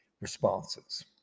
responses